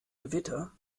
gewitter